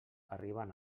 arriben